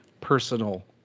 personal